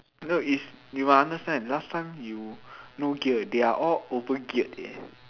no it's you must understand last time you no gear eh they are all over geared eh